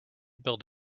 build